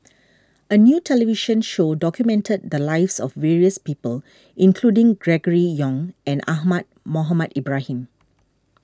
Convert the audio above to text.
a new television show documented the lives of various people including Gregory Yong and Ahmad Mohamed Ibrahim